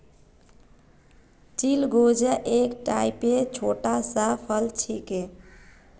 चिलगोजा एक टाइपेर छोटा सा फल छिके